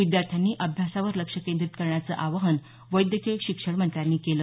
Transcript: विद्यार्थ्यांनी अभ्यासावर लक्ष केंद्रित करण्याचं आवाहन वैद्यकीय शिक्षण मंत्र्यांनी केलं